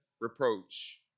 reproach